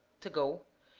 to go,